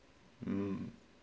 um